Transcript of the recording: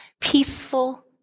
peaceful